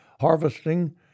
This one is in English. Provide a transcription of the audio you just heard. harvesting